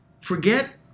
Forget